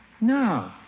No